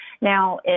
now